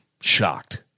shocked